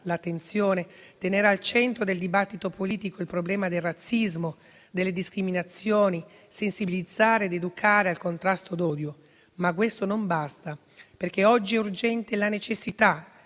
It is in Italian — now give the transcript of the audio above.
l'attenzione, tenere al centro del dibattito politico il problema del razzismo e delle discriminazioni e sensibilizzare ed educare al contrasto d'odio. Questo però non basta, perché oggi è urgente la necessità